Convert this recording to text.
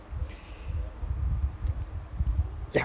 ya